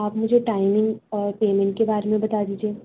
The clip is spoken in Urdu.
آپ مجھے ٹائمنگ اور پیمنٹ کے بارے میں بتا دیجیے